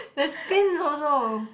there's planes also